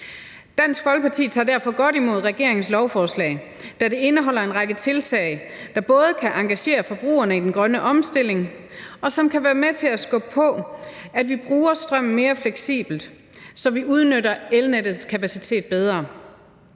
Dansk Folkeparti tager derfor godt imod regeringens lovforslag, da det indeholder en række tiltag, der både kan engagere forbrugerne i den grønne omstilling og kan være med til at skubbe på for, at vi bruger strømmen mere fleksibelt, så vi udnytter elnettets kapacitet bedre.